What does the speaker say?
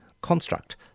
Construct